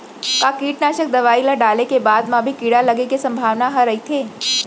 का कीटनाशक दवई ल डाले के बाद म भी कीड़ा लगे के संभावना ह रइथे?